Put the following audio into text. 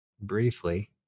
briefly